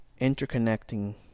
interconnecting